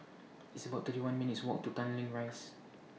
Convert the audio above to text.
It's about thirty one minutes' Walk to Tanglin Rise